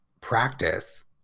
practice